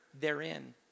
therein